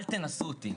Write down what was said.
אל תנסו אותי,